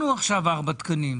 העברנו עכשיו ארבעה תקנים.